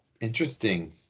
interesting